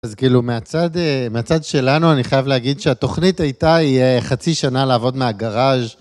אז כאילו, מהצד, מהצד שלנו אני חייב להגיד שהתוכנית הייתה, היא חצי שנה לעבוד מהגראז'.